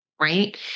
right